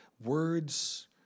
words